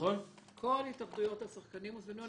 כל התאגדויות השחקנים הוזמנו.